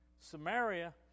Samaria